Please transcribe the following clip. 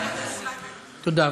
תודה.